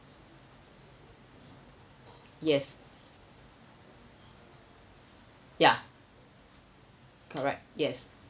yes ya correct yes